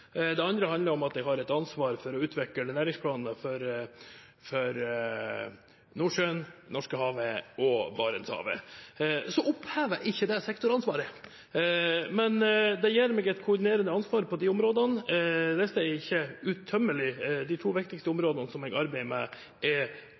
det andre handler om at jeg har et ansvar for å utvikle næringsplanene for Nordsjøen, Norskehavet og Barentshavet. Det opphever ikke sektoransvaret, men det gir meg et koordinerende ansvar på de områdene. Listen er ikke uuttømmelig. De to viktigste